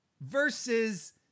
versus